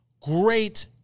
great